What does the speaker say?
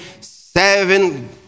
seven